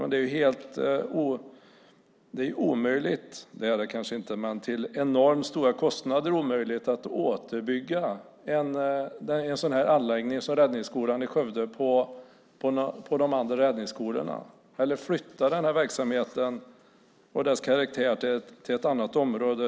Det är kanske inte omöjligt men kräver enormt stora kostnader att återuppbygga en sådan anläggning som Räddningsskolan i Skövde på de andra räddningsskolorna eller flytta den här verksamheten och dess karaktär till ett annat område.